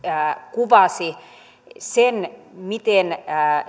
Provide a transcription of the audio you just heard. kuvasi miten